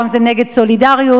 פעם זה נגד "סולידריות,